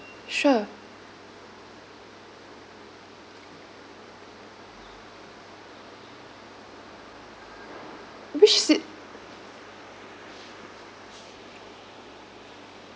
sure which city